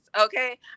Okay